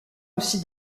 aussi